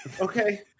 okay